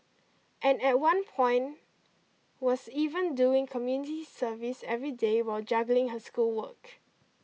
and at one point was even doing community service every day while juggling her schoolwork